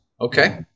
Okay